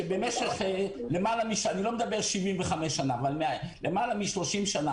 שבמשך למעלה מ-30 שנה,